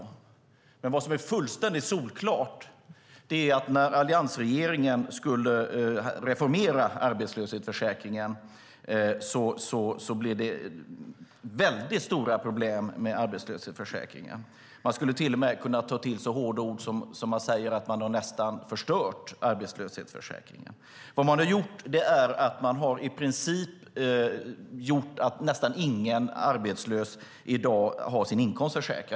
Det som är fullständigt solklart är att när alliansregeringen skulle reformera arbetslöshetsförsäkringen blev det stora problem med den. Man skulle till och med kunna ta till så hårda ord som att säga att den nästan har förstörts. Det regeringen gjort är att se till att nästan ingen arbetslös i dag har sin inkomst försäkrad.